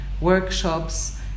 workshops